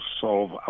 solve